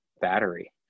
battery